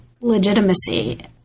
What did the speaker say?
legitimacy